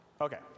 Okay